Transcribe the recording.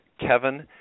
Kevin